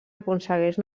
aconsegueix